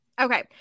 Okay